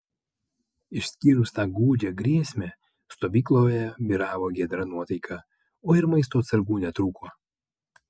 išskyrus tą gūdžią grėsmę stovykloje vyravo giedra nuotaika o ir maisto atsargų netrūko